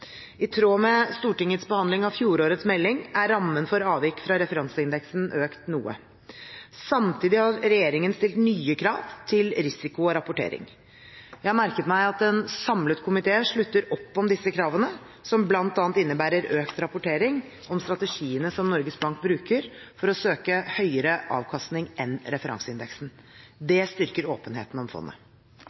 I tråd med Stortingets behandling av fjorårets melding er rammen for avvik fra referanseindeksen økt noe. Samtidig har regjeringen stilt nye krav til risiko og rapportering. Jeg har merket meg at en samlet komité slutter opp om disse kravene, som bl.a. innebærer økt rapportering om strategiene som Norges Bank bruker for å søke høyere avkastning enn referanseindeksen. Det styrker åpenheten om fondet.